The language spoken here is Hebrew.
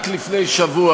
רק לפני שבוע,